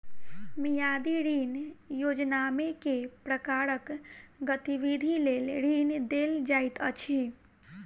मियादी ऋण योजनामे केँ प्रकारक गतिविधि लेल ऋण देल जाइत अछि